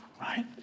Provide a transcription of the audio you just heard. right